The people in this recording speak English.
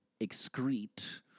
excrete